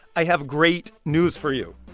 i have great news for you.